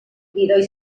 gidoi